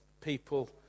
people